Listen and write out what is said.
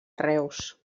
reus